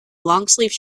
longsleeve